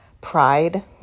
pride